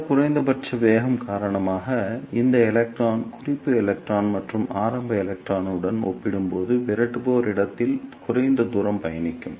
இந்த குறைந்தபட்ச வேகம் காரணமாக இந்த எலக்ட்ரான் குறிப்பு எலக்ட்ரான் மற்றும் ஆரம்ப எலக்ட்ரானுடன் ஒப்பிடும்போது விரட்டுபவர் இடத்தில் குறைந்த தூரம் பயணிக்கும்